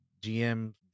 GM